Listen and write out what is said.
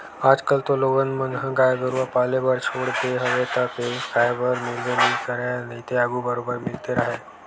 आजकल तो लोगन मन ह गाय गरुवा पाले बर छोड़ देय हवे त पेयूस खाए बर मिलबे नइ करय नइते आघू बरोबर मिलते राहय